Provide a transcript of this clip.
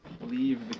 leave